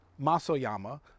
Masoyama